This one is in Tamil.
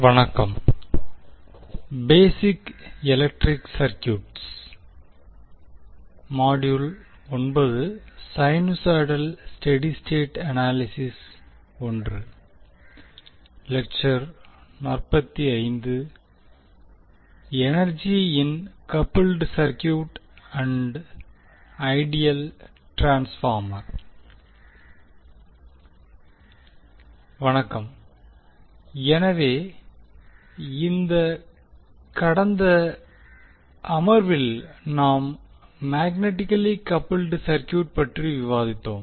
வணக்கம் எனவே கடந்த அமர்வில் நாம் மேக்னட்டிகலி கப்புல்ட் சர்க்யூட் பற்றி விவாதித்தோம்